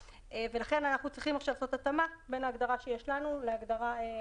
ולכן אנחנו צריכים עכשיו לעשות התאמה בין ההגדרה שיש לנו להגדרה שיש.